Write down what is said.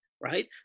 right